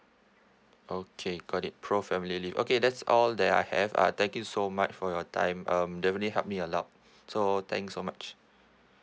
okay got it pro family leave okay that's all that I have uh thank you so much for your time um they really help me a lot so thank so much